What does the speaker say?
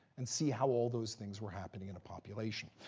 and see how all those things were happening in a population.